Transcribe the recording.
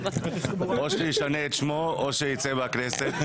או שישנה את שמו או שיצא מהכנסת.